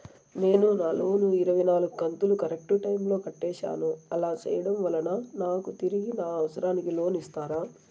నేను నా లోను ఇరవై నాలుగు కంతులు కరెక్టు టైము లో కట్టేసాను, అలా సేయడం వలన నాకు తిరిగి నా అవసరానికి లోను ఇస్తారా?